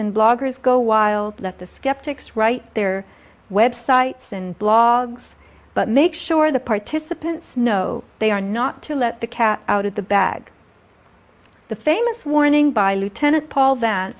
and bloggers go wild let the skeptics write their websites and blogs but make sure the participants know they are not to let the cat out of the bag the famous warning by lieutenant paul